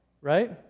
right